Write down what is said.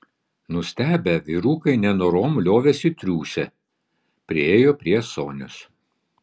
nustebę vyrukai nenorom liovėsi triūsę priėjo prie sonios